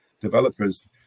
developers